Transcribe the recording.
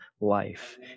life